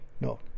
No